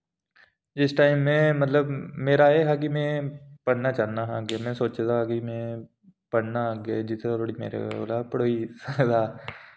जिस टाइम में मतलब मेरा एह् हा कि में पढ़ना चांह्दा हा अग्गै में सोचे दा हा कि में पढ़ना अग्गै जित्थूं तोड़ी मेरे कोला पढ़ोई सकदा